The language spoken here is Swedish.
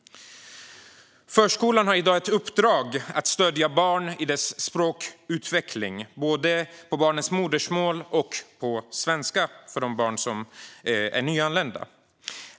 Förskolan har i dag ett uppdrag att stödja barn i deras språkutveckling, både på barnens modersmål och på svenska, för de barn som är nyanlända.